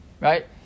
Right